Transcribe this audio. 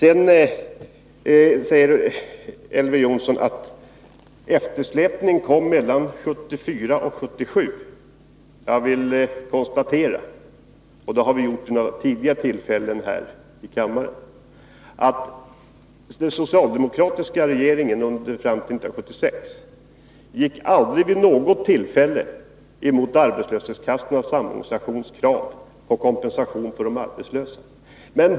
Elver Jonsson sade att eftersläpningen uppstod mellan 1974 och 1977. Jag konstaterar — det har gjorts också vid något tidigare tillfälle här i kammaren — att den socialdemokratiska regeringen aldrig vid något tillfälle gick emot arbetslöshetskassornas samorganisations krav på kompensation för de arbetslösa.